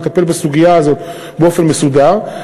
לטפל בסוגיה הזאת באופן מסודר.